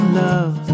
love